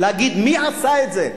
להגיד מי עשה את זה?